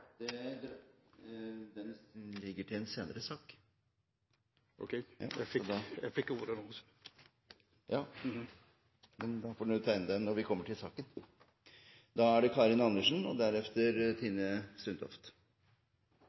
ligger til en senere sak. Ok, jeg fikk ordet nå. Ja, men da får representanten tegne seg når vi kommer til saken. Neste taler er representanten Karin Andersen.